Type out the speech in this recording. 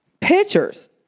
pictures